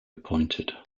appointed